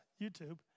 YouTube